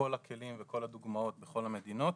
בכל הכלים וכל הדוגמאות בכל המדינות,